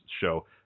show